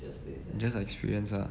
just experience ah